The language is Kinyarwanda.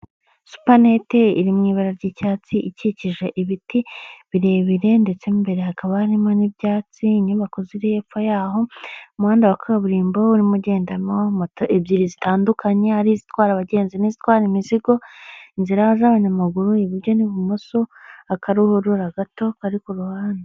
Supanete iri mu ibara ry'icyatsi ikikije ibiti birebire ndetse n'imbere hakaba harimo n'ibyatsi, inyubako ziri hepfo yaho, umuhanda wa kaburimbo urimo ugendamo moto ebyiri zitandukanye, ari izitwara abagenzi n'izitwara imizigo, inzira z'abanyamaguru iburyo n'ibumoso, akaruhurura gato kari ku ruhande.